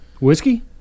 whiskey